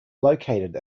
located